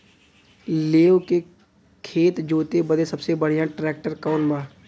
लेव के खेत जोते बदे सबसे बढ़ियां ट्रैक्टर कवन बा?